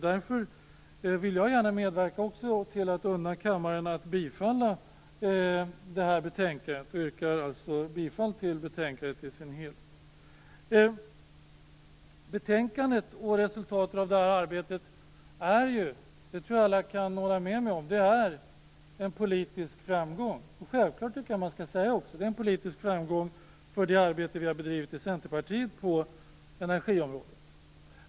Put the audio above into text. Därför vill jag också gärna unna kammaren att bifalla hemställan i det här betänkandet. Jag yrkar alltså bifall till hemställan i betänkandet i dess helhet. Betänkandet och resultatet av det här arbetet är en politisk framgång. Det tror jag alla kan hålla med mig om. Jag tycker att man skall säga att det är en politisk framgång för det arbete vi i Centerpartiet har bedrivit på energiområdet.